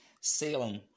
Salem